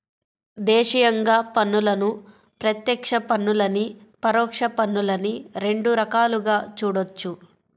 దేశీయంగా పన్నులను ప్రత్యక్ష పన్నులనీ, పరోక్ష పన్నులనీ రెండు రకాలుగా చూడొచ్చు